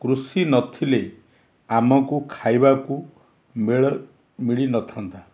କୃଷି ନଥିଲେ ଆମକୁ ଖାଇବାକୁ ମିଳିନଥାନ୍ତା